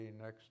next